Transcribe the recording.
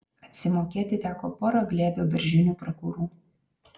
atsimokėti teko pora glėbių beržinių prakurų